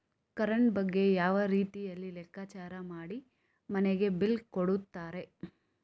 Current ಬಗ್ಗೆ ಯಾವ ರೀತಿಯಲ್ಲಿ ಲೆಕ್ಕಚಾರ ಮಾಡಿ ಮನೆಗೆ ಬಿಲ್ ಕೊಡುತ್ತಾರೆ?